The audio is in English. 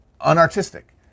unartistic